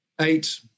eight